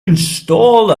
install